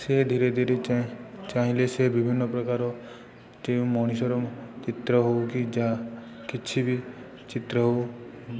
ସେ ଧୀରେ ଧୀରେଁ ଚାହିଁଲେ ସେ ବିଭିନ୍ନ ପ୍ରକାର ଯେଉଁ ମଣିଷର ଚିତ୍ର ହଉ କି ଯାହା କିଛି ବି ଚିତ୍ର ହଉ